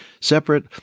separate